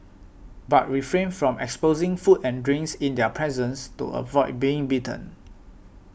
but refrain from exposing food and drinks in their presence to avoid being bitten